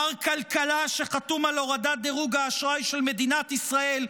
מר כלכלה שחתום על הורדת דירוג האשראי של מדינת ישראל,